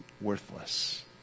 worthless